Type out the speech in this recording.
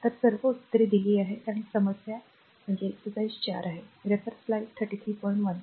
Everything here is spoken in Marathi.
तर सर्व उत्तरे दिली आहेत आणि समस्या 4